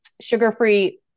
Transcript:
sugar-free